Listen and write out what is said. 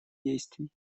действий